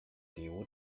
deo